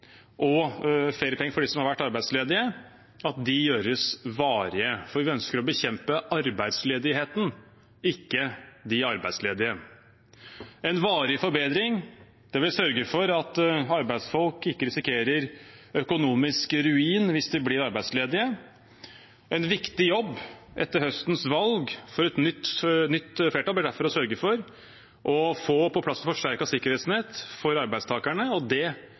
og feriepenger for dem som har vært arbeidsledige, gjøres varige – for vi ønsker å bekjempe arbeidsledigheten, ikke de arbeidsledige. En varig forbedring vil sørge for at arbeidsfolk ikke risikerer økonomisk ruin hvis de blir arbeidsledige. En viktig jobb etter høstens valg for et nytt flertall blir derfor å sørge for å få på plass et forsterket sikkerhetsnett for arbeidstakerne, og det